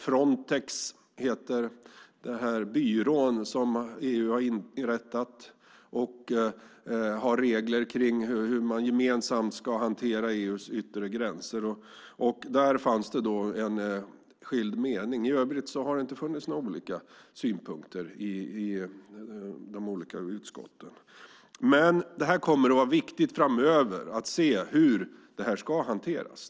Frontex heter den byrå som EU har inrättat, och man har regler om hur man gemensamt ska hantera EU:s yttre gränser. Där hade Miljöpartiet en avvikande mening. I övrigt har det inte funnits några avvikande meningar i de olika utskotten. Det kommer framöver att vara viktigt att se hur det här ska hanteras.